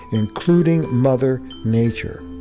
including mother nature,